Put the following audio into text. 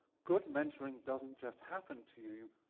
good mentoring doesn't just happen to you.